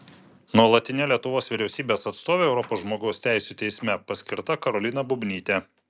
nuolatine lietuvos vyriausybės atstove europos žmogaus teisių teisme paskirta karolina bubnytė